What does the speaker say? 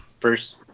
first